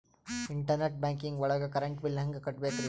Internet banking ಒಳಗ್ current bill ಹೆಂಗ್ ಕಟ್ಟ್ ಬೇಕ್ರಿ?